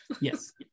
yes